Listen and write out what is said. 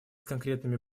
конкретными